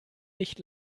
nicht